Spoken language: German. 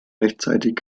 rechtzeitig